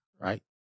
right